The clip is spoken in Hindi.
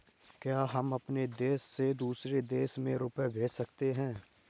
क्या हम अपने देश से दूसरे देश में रुपये भेज सकते हैं?